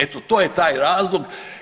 Eto to je taj razlog.